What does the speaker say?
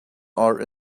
are